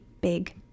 big